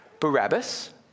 Barabbas